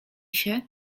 się